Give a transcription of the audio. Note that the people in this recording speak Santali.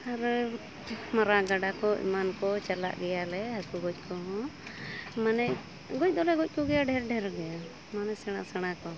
ᱟᱨ ᱢᱟᱨᱟᱝ ᱜᱟᱰᱟ ᱠᱚ ᱮᱢᱟᱱ ᱠᱚ ᱪᱟᱞᱟᱜ ᱜᱮᱭᱟᱞᱮ ᱦᱟᱹᱠᱩ ᱜᱚᱡ ᱠᱚᱦᱚᱸ ᱢᱟᱱᱮ ᱜᱚᱡ ᱫᱚᱞᱮ ᱜᱚᱡ ᱠᱚᱜᱮᱭᱟ ᱰᱷᱮᱨ ᱰᱷᱮᱨ ᱜᱮ ᱢᱟᱱᱮ ᱥᱮᱬᱟ ᱥᱮᱬᱟ ᱠᱚ